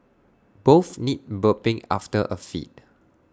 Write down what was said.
both need burping after A feed